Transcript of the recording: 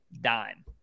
dime